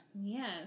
Yes